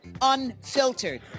Unfiltered